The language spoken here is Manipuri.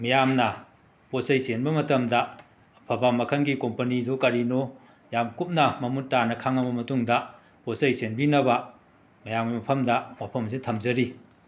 ꯃꯤꯌꯥꯝꯅ ꯄꯣꯠꯆꯩ ꯆꯦꯟꯕ ꯃꯇꯝꯗ ꯑꯐꯕ ꯃꯈꯟꯒꯤ ꯀꯣꯝꯄꯅꯤꯗꯨ ꯀꯔꯤꯅꯣ ꯌꯥꯝ ꯀꯨꯞꯅ ꯃꯃꯨꯠ ꯇꯥꯅ ꯈꯪꯉꯕ ꯃꯇꯨꯡꯗ ꯄꯣꯠꯆꯩ ꯆꯦꯟꯕꯤꯅꯕ ꯃꯌꯥꯝꯒꯤ ꯃꯐꯝꯗ ꯋꯥꯐꯝꯁꯦ ꯊꯝꯖꯔꯤ